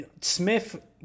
Smith